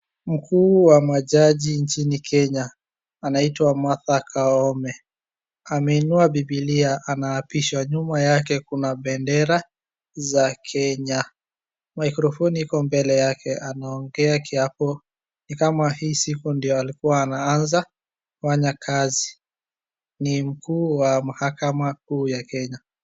Mkuu wa majaji nchini kenya anaitwa Martha Koome ameinua bibilia anaapishwa. Nyuma yake kuna bendera za kenya, mikrofoni iko mbele yake anaongea kiapo ni kama hii siku ndio alikuwa anaanza kufanya kazi. Ni mkuu wa mahakama kuu ya kenya.